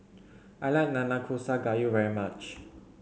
I like Nanakusa Gayu very much